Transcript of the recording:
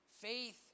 Faith